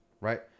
right